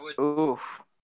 Oof